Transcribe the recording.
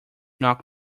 knock